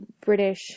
British